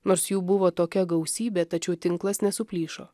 nors jų buvo tokia gausybė tačiau tinklas nesuplyšo